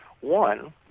One